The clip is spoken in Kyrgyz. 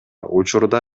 учурда